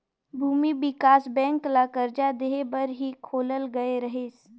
भूमि बिकास बेंक ल करजा देहे बर ही खोलल गये रहीस